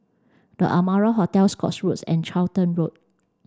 the Amara Hotel Scotts Road and Charlton Road